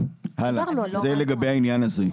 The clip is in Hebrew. זה לגבי העניין הזה.